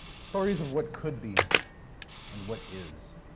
stories of what could be and what is.